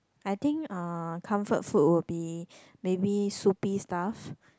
I think uh comfort food would be maybe soupy stuff